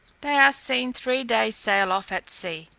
they are seen three days' sail off at sea.